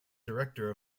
director